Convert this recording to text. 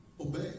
obey